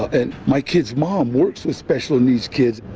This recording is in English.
and my kid's mom works with special needs kids.